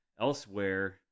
elsewhere